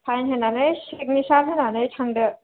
fine होनानै सिगनेसार होनानै थांदो